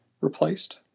replaced